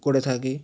করে থাকি